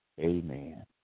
Amen